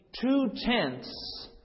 two-tenths